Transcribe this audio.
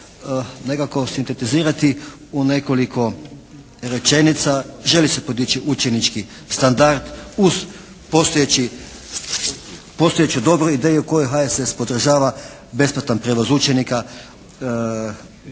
nekako sintetizirati u nekoliko rečenica. Želi se podići učenički standard uz postojeći, postojeću dobru ideju koju HSS podržava, besplatan prijevoz učenika,